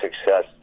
success